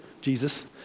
Jesus